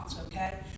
Okay